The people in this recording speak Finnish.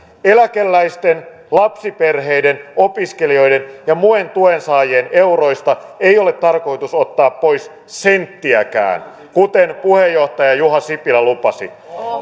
eläkeläisten lapsiperheiden opiskelijoiden ja muiden tuensaajien euroista ei ole tarkoitus ottaa pois senttiäkään kuten puheenjohtaja juha sipilä lupasi